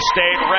State